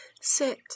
Sit